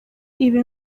ibi